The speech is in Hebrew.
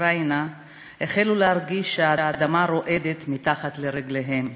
שבאוקראינה החלו להרגיש שהאדמה רועדת מתחת לרגליהם.